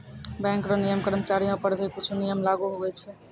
bank रो नियम कर्मचारीयो पर भी कुछु नियम लागू हुवै छै